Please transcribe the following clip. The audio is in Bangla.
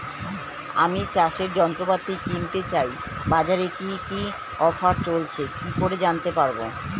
আমি চাষের যন্ত্রপাতি কিনতে চাই বাজারে কি কি অফার চলছে কি করে জানতে পারবো?